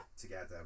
together